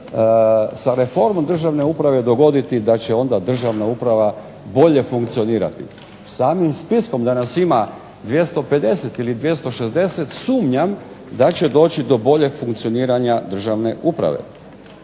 sa reformom državne uprave dogoditi da će onda državna uprava bolje funkcionirati. Samim spiskom da nas ima 250 ili 260 sumnjam da će doći do boljeg funkcioniranja državne uprave.